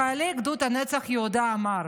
לחיילי גדוד נצח יהודה הוא אמר: